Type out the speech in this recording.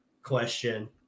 Question